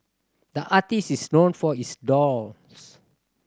the artist is known for his